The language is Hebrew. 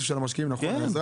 הכסף של המשקיעים, על האזרח.